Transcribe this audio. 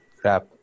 crap